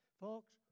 Folks